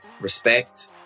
respect